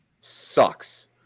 sucks